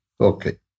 Okay